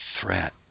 threat